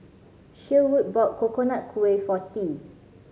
Sherwood bought Coconut Kuih for Tea